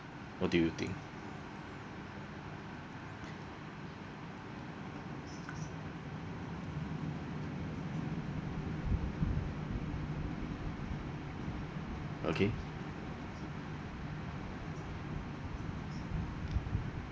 what do you think okay